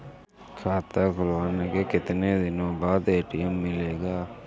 खाता खुलवाने के कितनी दिनो बाद ए.टी.एम मिलेगा?